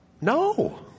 No